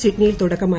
സിഡ്നിയിൽ തുടക്കമായി